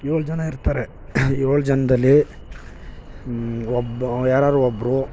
ಏಳು ಜನ ಇರ್ತಾರೆ ಏಳು ಜನರಲ್ಲಿ ಒಬ್ಬ ಯಾರಾದ್ರು ಒಬ್ಬರು